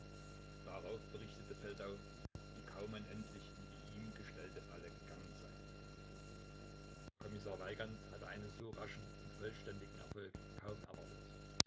darauf berichtete feldau wie kaumann endlich in die ihm gestellte falle gegangen sei kommissar weigand hatte einen so raschen und vollständigen erfolg kaum erwartet